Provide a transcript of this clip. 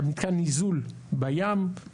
מתקן ניזול בים,